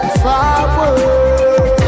forward